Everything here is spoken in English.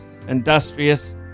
industrious